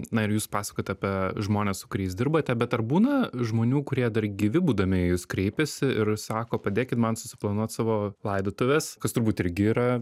na ir jūs pasakojate apie žmones su kuriais dirbate bet ar būna žmonių kurie dar gyvi būdami į jus kreipiasi ir sako padėkit man susiplanuot savo laidotuves kas turbūt irgi yra